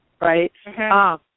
right